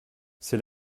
ses